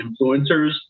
influencers